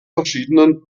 verschiedenen